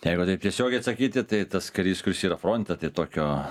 jeigu taip tiesiogiai atsakyti tai tas karys kuris yra fronte tai tokio